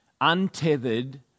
untethered